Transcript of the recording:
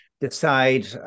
Decide